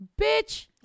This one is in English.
Bitch